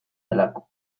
delako